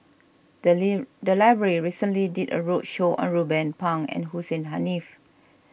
the library recently did a roadshow on Ruben Pang and Hussein Haniff